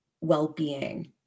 well-being